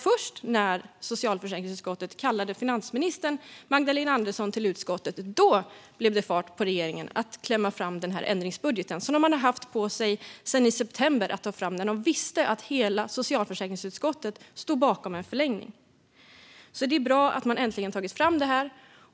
Först när socialförsäkringsutskottet kallade finansminister Magdalena Andersson till utskottet blev det fart på regeringen med att klämma fram den här ändringsbudgeten. Man har haft sedan i september på sig att ta fram den, och man visste att hela socialförsäkringsutskottet stod bakom en förlängning. Det är bra att man äntligen har tagit fram detta.